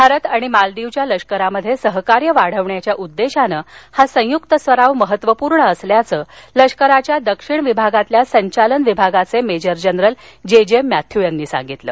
भारत आणि मालदीच्या लष्करामध्ये सहकार्य वाढवण्याच्या उद्देशानं हा संयुक्त सराव महत्त्वपूर्ण असल्याचं लष्कराच्या दक्षिण विभागातल्या संचालन विभागाचे major general J J Matthew म्हणाले